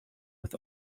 with